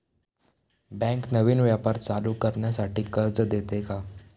Bank नवीन व्यापार चालू करण्यासाठी कर्ज देते का?